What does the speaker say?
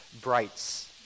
Brights